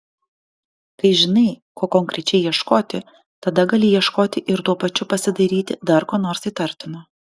kai žinai ko konkrečiai ieškoti tada gali ieškoti ir tuo pačiu pasidairyti dar ko nors įtartino